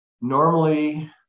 Normally